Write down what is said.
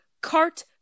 cart